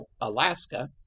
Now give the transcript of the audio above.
Alaska